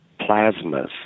plasmas